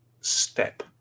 step